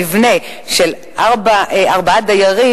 מבנה של ארבעה דיירים,